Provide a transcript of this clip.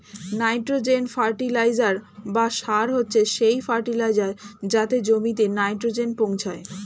nitrogen fertiliser বা সার হচ্ছে সেই ফার্টিলাইজার যাতে জমিতে নাইট্রোজেন পৌঁছায়